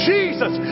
Jesus